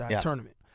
tournament